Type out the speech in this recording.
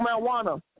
marijuana